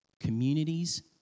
Communities